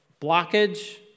blockage